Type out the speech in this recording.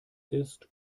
ist